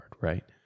right